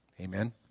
Amen